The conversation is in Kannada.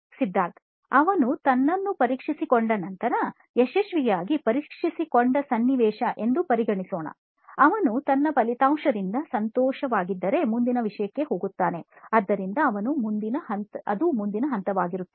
ಸಿದ್ಧಾರ್ಥ್ ಅವನು ತನ್ನನ್ನು ಪರೀಕ್ಷಿಸಿಕೊಂಡ ನಂತರ ಯಶಸ್ವಿಯಾಗಿ ಪರೀಕ್ಷಿಸಿಕೊಂಡ ಸನ್ನಿವೇಶ ಎಂದು ಪರಿಗಣಿಸೋಣ ಅವನು ತನ್ನ ಫಲಿತಾಂಶದಿಂದ ಸಂತೋಷವಾಗಿದ್ದರೆ ಮುಂದಿನ ವಿಷಯಕ್ಕೆ ಹೋಗುತ್ತಾನೆ ಆದ್ದರಿಂದ ಅದು ಮುಂದಿನ ಹಂತವಾಗಿರುತ್ತದೆ